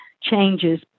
changes